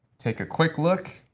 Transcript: take a quick look.